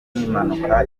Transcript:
n’impanuka